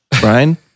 Brian